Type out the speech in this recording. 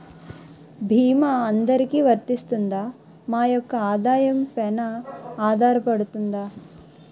భీమా అందరికీ వరిస్తుందా? మా యెక్క ఆదాయం పెన ఆధారపడుతుందా?